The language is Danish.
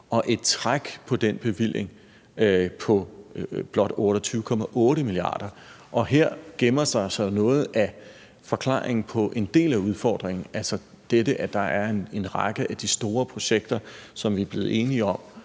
og et træk på den bevilling på blot 28,8 mia. kr. Her gemmer sig altså noget af forklaringen på en del af udfordringen, altså dette, at der er en række af de store projekter, som vi er blevet enige om